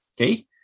okay